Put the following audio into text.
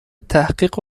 تحقیق